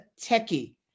techie